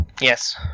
Yes